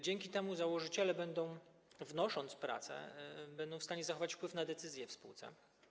Dzięki temu założyciele, wnosząc pracę, będą w stanie zachować wpływ na decyzje w spółce.